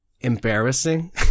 embarrassing